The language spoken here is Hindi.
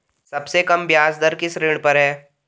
सबसे कम ब्याज दर किस ऋण पर है?